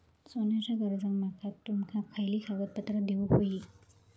सोन्याच्या कर्जाक माका तुमका खयली कागदपत्रा देऊक व्हयी?